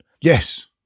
yes